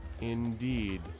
Indeed